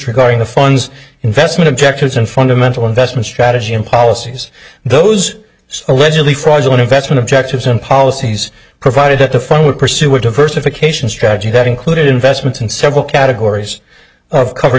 regarding the funds investment objectives and fundamental investment strategy and policies those so allegedly fraudulent investment objectives and policies provided at the fund would pursue a diversification strategy that included investments in several categories of covered